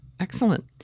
excellent